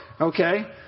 okay